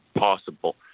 possible